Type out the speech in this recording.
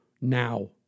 now